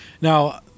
Now